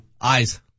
Eyes